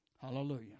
Hallelujah